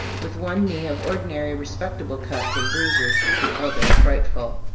with one knee of ordinary respectable cuts and bruises the other frightful.